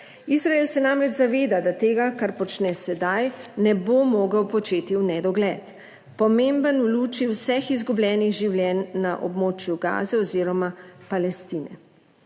Izrael se namreč zaveda, da tega, kar počne sedaj, ne bo mogel početi v nedogled. Pomemben v luči vseh izgubljenih življenj na območju Gaze oziroma Palestine.